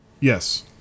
Yes